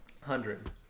hundred